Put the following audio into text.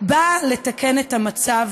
באה לתקן את המצב